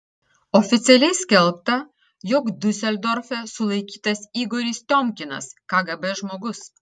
oficialiai skelbta jog diuseldorfe sulaikytas igoris tiomkinas kgb žmogus